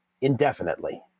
indefinitely